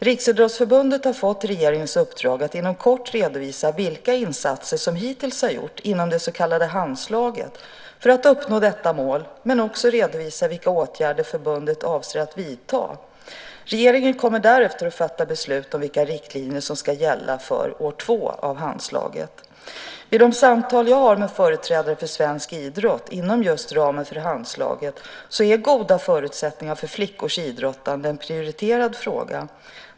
Riksidrottsförbundet har fått regeringens uppdrag att inom kort redovisa vilka insatser som hittills gjorts inom det så kallade Handslaget för att uppnå detta mål samt att redovisa vilka åtgärder förbundet avser att vidta. Regeringen kommer därefter att fatta beslut om närmare riktlinjer för hur Riksidrottsförbundet får disponera medlen för år 2. Vid de samtal jag har med företrädare för svensk idrott inom ramen för Handslaget är goda förutsättningar för flickors idrottande en prioriterad fråga.